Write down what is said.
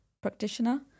practitioner